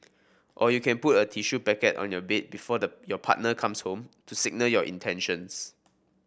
or you can put a tissue packet on your bed before your partner comes home to signal your intentions